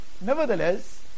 Nevertheless